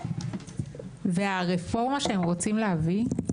והרפורמה שהם רוצים להביא,